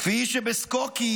כפי שבסקוקי,